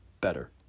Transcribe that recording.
better